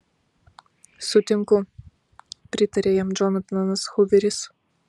sutinku pritarė jam džonatanas huveris